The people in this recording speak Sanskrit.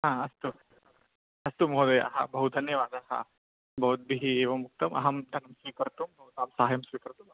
आ अस्तु अस्तु महोदयः बहु धन्यवादः भवद्भिः एवं उक्तम् अहं धनं स्वीकर्तुं भवतां सहाय्यं स्वीकर्तुम्